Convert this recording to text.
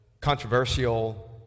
controversial